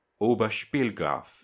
Oberspielgraf